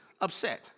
upset